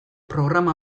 programa